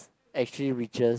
actually reaches